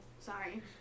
sorry